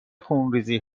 خونریزی